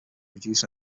reduce